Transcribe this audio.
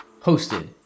hosted